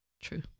True